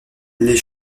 les